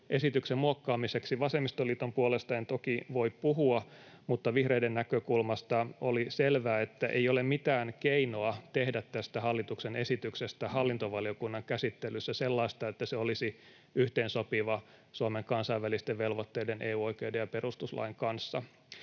esityksen muokkaamiseksi. Vasemmistoliiton puolesta en toki voi puhua, mutta vihreiden näkökulmasta oli selvää, että ei ole mitään keinoa tehdä tästä hallituksen esityksestä hallintovaliokunnan käsittelyssä sellaista, että se olisi yhteensopiva Suomen kansainvälisten velvoitteiden, EU-oikeuden ja perustuslain kanssa.